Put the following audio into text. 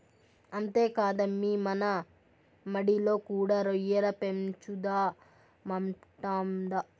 అంతేకాదమ్మీ మన మడిలో కూడా రొయ్యల పెంచుదామంటాండా